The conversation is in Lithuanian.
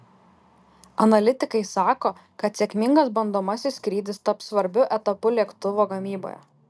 analitikai sako kad sėkmingas bandomasis skrydis taps svarbiu etapu lėktuvo gamyboje